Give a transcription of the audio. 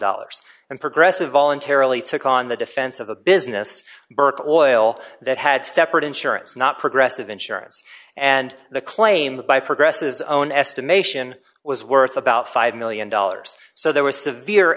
dollars and progressive voluntarily took on the defense of a business berk loyal that had separate insurance not progressive insurance and the claim by progress is own estimation was worth about five million dollars so there was severe